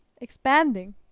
expanding